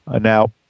Now